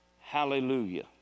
Hallelujah